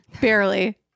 barely